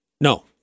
No